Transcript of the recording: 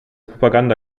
propaganda